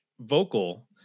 vocal